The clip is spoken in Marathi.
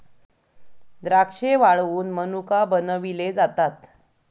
द्राक्षे वाळवुन मनुका बनविले जातात